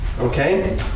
Okay